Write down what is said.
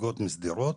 נציגות מהעיר שדרות